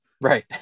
Right